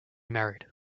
married